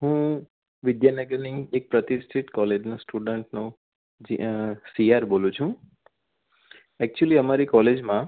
હું વિદ્યાનગરની એક પ્રતિષ્ઠિત કોલેજનો સ્ટુડન્ટનો સીઆર બોલું છું એક્ચુઅલી અમારી કોલેજમાં